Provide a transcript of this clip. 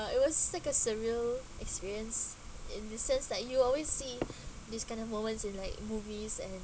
uh it was like a surreal experience in the sense like you always see this kind of moments in like movies and